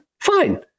fine